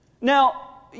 Now